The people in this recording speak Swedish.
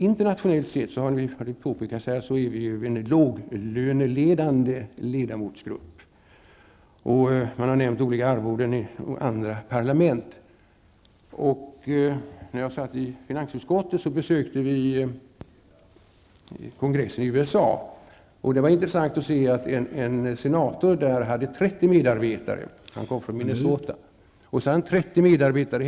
Internationellt sett är vi en låglöneledande ledamotsgrupp. Olika arvoden i andra parlament har nämnts. När jag satt i finansutskottet besökte vi kongressen i USA, och det var intressant att se att en senator, från Minnesota, där hade 30 medarbetare.